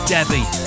Debbie